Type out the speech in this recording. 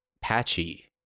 patchy